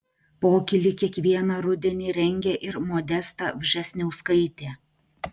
pokylį kiekvieną rudenį rengia ir modesta vžesniauskaitė